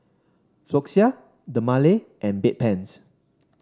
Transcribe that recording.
Floxia Dermale and Bedpans